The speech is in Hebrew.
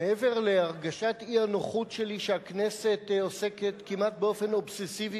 מעבר להרגשת האי-נוחות שלי שהכנסת עוסקת כמעט באופן אובססיבי